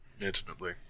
Intimately